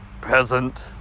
peasant